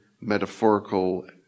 metaphorical